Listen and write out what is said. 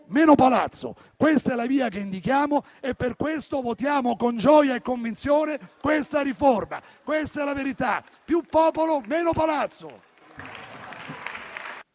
meno palazzo, questa è la via che indichiamo e per questo votiamo con gioia e convinzione questa riforma. Questa è la verità: più popolo, meno palazzo.